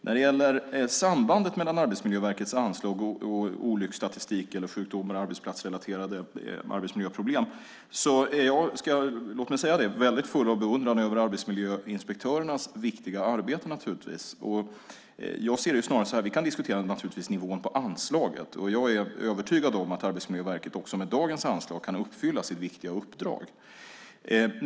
När det gäller sambandet mellan Arbetsmiljöverkets anslag och olycksstatistik, sjukdomar och arbetsplatsrelaterade arbetsmiljöproblem, vill jag säga att jag naturligtvis är full av beundran över arbetsmiljöinspektörernas viktiga arbete. Jag ser det snarare så här: Vi kan naturligtvis diskutera nivån på anslaget, och jag är övertygad om att Arbetsmiljöverket med dagens anslag kan uppfylla sitt viktiga uppdrag.